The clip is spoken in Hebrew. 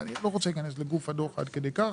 אני לא רוצה להיכנס לגוף הדוח עד כדי כך,